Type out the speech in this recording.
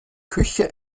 küche